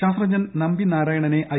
ശ്യാസ്ത്രജ്ഞൻ നമ്പി നാരായണനെ ഐ